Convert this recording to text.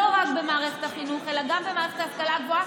לא רק במערכת החינוך אלא גם במערכת ההשכלה הגבוהה,